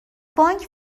بانک